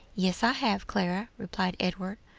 yes i have, clara, replied edward.